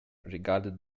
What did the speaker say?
regarded